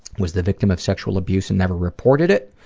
was the victim of sexual abuse and never reported it.